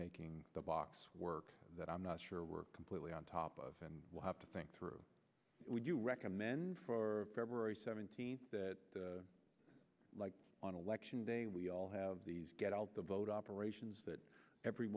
making the box work that i'm not sure we're completely on top of and we'll have to think through it would you recommend for february seventeenth that on election day we all have these get out the vote operations that every